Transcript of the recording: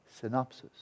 synopsis